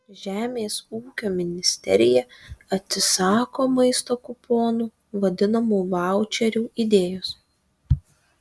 žemės ūkio ministerija atsisako maisto kuponų vadinamų vaučerių idėjos